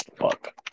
Fuck